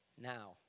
Now